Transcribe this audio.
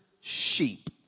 sheep